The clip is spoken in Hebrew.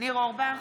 ניר אורבך,